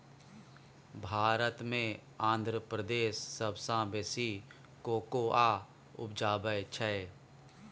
भारत मे आंध्र प्रदेश सबसँ बेसी कोकोआ उपजाबै छै